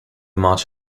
march